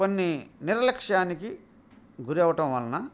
కొన్ని నిర్లక్ష్యానికి గురి అవటం వలన